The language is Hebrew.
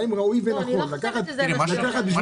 לא, אני לא חושבת שזה מה שהיא אומרת.